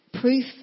proof